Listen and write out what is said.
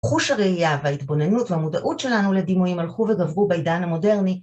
חוש הראייה וההתבוננות והמודעות שלנו לדימויים הלכו וגברו בעידן המודרני.